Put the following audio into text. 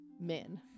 men